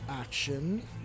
action